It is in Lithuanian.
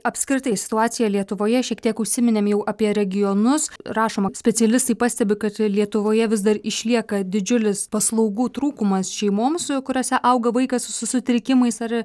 apskritai situacija lietuvoje šiek tiek užsiminėm jau apie regionus rašoma specialistai pastebi kad lietuvoje vis dar išlieka didžiulis paslaugų trūkumas šeimoms kuriose auga vaikas su sutrikimais ar